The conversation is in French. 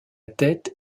tête